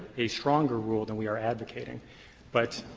a stronger rule than we are advocating but,